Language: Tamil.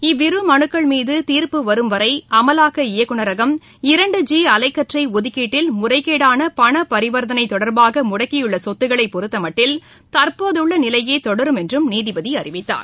இவ்விரு மனுக்கள் மீது தீர்ப்பு வரும் வரை அமலாக்க இயக்குநரகம் இரண்டு ஜி அலைக்கற்றை ஒதுக்கீட்டில் முறைகோன பண பரிவர்த்தனை தொடர்பாக முடக்கியுள்ள சொத்துக்ளை பொருத்தமட்டில் தற்போது உள்ள நிலையே தொடரும் என்றும் நீதிபதி அறிவித்தார்